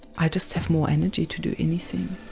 i just have more energy to do anything.